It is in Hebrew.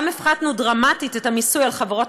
גם הפחתנו דרמטית את המיסוי על חברות